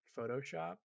photoshop